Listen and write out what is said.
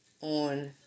on